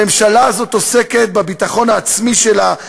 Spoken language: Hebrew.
הממשלה הזאת עוסקת בביטחון העצמי שלה,